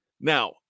Now